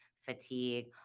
fatigue